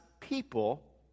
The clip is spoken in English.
people